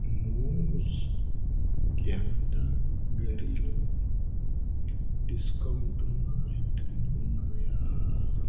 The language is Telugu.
మూజ్ క్యాటగరీలో డిస్కౌంటున్న ఐటెంలు ఉన్నాయా